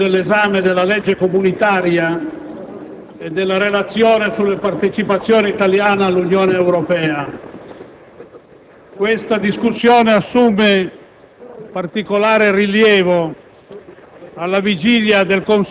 sull'inizio dell'esame della legge comunitaria e della relazione sulla partecipazione italiana all'Unione Europea. Tale discussione assume particolare rilievo